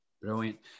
Brilliant